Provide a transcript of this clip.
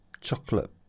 chocolate